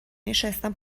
نشستن